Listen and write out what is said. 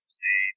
say